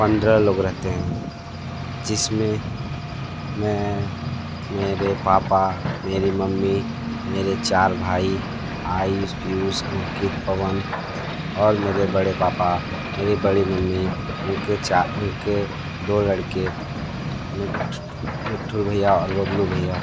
पन्द्रह लोग रहते हैं जिसमें मैं मेरे पापा मेरी मम्मी मेरे चार भाई आयुष पीयूष अंकित पवन और मेरे बड़े पापा मेरी बड़ी मम्मी उनके चा उनके दो लड़के मिट्ठ मिट्ठुल भैया और बबलू भैया